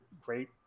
great